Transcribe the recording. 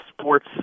sports